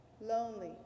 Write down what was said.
lonely